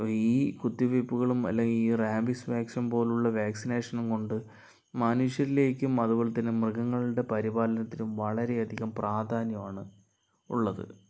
ഈ കുത്തിവെപ്പുകളും അല്ലെങ്കിൽ ഈ റാബിസ് വാക്സിൻ പോലുള്ള വാക്സിനേഷനും കൊണ്ട് മനുഷ്യരിലേക്കും അതുപോലെതന്നെ മൃഗങ്ങളുടെ പരിപാലനത്തിനും വളരെയധികം പ്രാധാന്യം ആണ് ഉള്ളത്